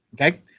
okay